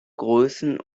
größen